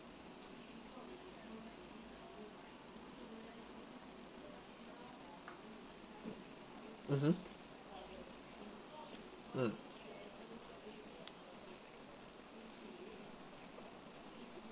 mmhmm mm